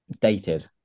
dated